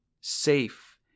Safe